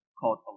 called